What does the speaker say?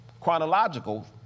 chronological